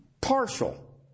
Partial